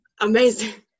Amazing